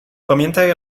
pamiętaj